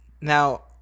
Now